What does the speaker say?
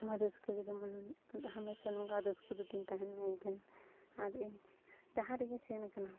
ᱨᱟᱹᱥᱠᱟᱹ ᱜᱮ ᱡᱮᱢᱚᱱ ᱦᱟᱢᱮᱥᱟ ᱱᱚᱝᱠᱟᱱ ᱨᱟᱹᱥᱠᱟᱹ ᱫᱚ ᱛᱤᱧ ᱛᱟᱦᱮᱱ ᱢᱟ ᱮᱱᱴᱷᱮᱱ ᱟᱨ ᱤᱧ ᱡᱟᱦᱟᱸ ᱨᱮᱜᱮᱧ ᱥᱮᱱ ᱟᱠᱟᱱᱟ